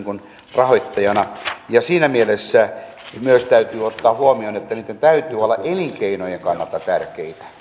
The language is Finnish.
rahoittajana siinä mielessä täytyy ottaa huomioon myös että niitten täytyy olla elinkeinojen kannalta tärkeitä